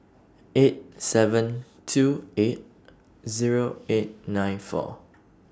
eight seven two eight Zero eight nine four